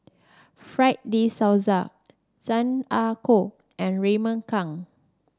Fred De Souza Chan Ah Kow and Raymond Kang